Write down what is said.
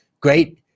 great